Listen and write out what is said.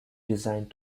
designed